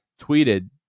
tweeted